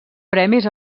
premis